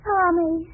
Tommy